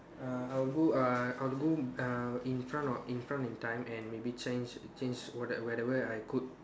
err I will go uh I'll go uh in front of in front in time and maybe change change what~ whatever I could